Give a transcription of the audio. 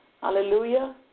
Hallelujah